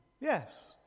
Yes